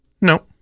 No